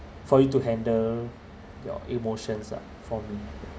for you to handle your emotions ah from